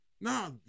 Nah